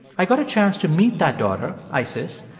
i got a chance to meet that daughter, isis,